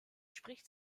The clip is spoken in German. spricht